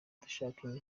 dushaka